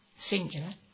singular